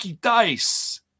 Dice